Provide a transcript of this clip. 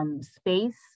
space